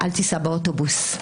אל תיסע באוטובוס.